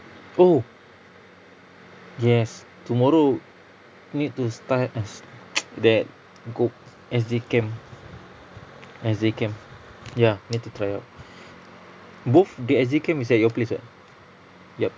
oh yes tomorrow need to start that gop~ S_G cam S_G cam ya need to try out both the S_G cam is at your place [what] yup